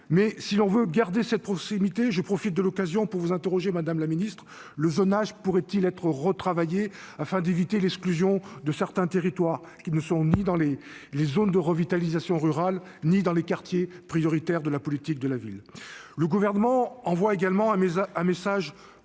proximité. Pour garder cette proximité- je profite de l'occasion pour vous interroger, madame la ministre -, le zonage ne pourrait-il pas être retravaillé afin d'éviter l'exclusion de certains territoires, qui ne sont situés ni dans les zones de revitalisation rurale ni dans les quartiers prioritaires de la politique de la ville ?